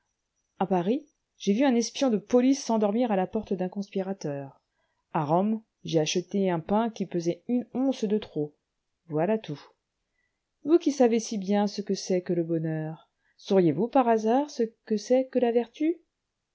à paris j'ai vu un espion de police s'endormir à la porte d'un conspirateur à rome j'ai acheté un pain qui pesait une once de trop voilà tout vous qui savez si bien ce que c'est que le bonheur sauriez-vous par hasard ce que c'est que la vertu